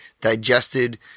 digested